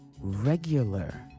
regular